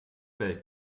bellt